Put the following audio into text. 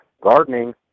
gardening